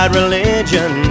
religion